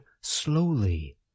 slowly